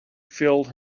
filled